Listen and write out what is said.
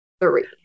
three